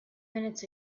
minutes